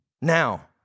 Now